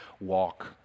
walk